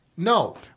No